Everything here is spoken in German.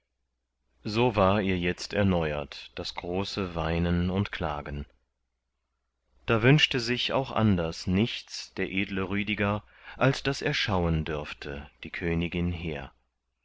so war ihr jetzt erneuert das große weinen und klagen da wünschte sich auch anders nichts der edle rüdiger als daß er schauen dürfte die königin hehr